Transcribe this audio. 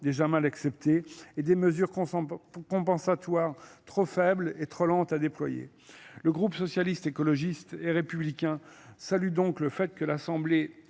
déjà mal acceptées et des mesures compensatoires trop faibles et trop lente à déployer. Le groupe socialiste, écologiste et républicain, salue donc le fait que l'assemblée